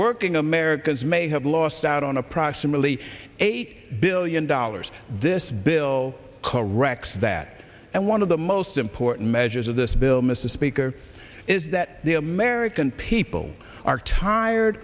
working americans may have lost out on approximately eight billion dollars this bill corrects that and one of the most important measures of this bill mr speaker is that the american people are tired